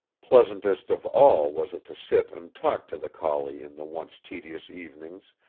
pleasantest of all was it to sit and talk to the collie in the once-tedious evenings,